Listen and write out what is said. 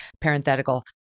Parenthetical